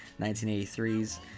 1983's